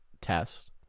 test